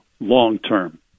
long-term